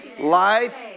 Life